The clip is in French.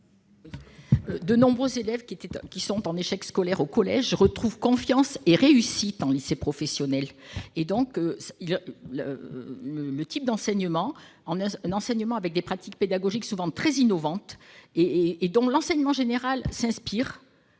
de nombreux élèves en échec scolaire au collège retrouvent confiance et réussite au lycée professionnel. Un enseignement avec des pratiques pédagogiques souvent très innovantes, dont l'enseignement général s'inspire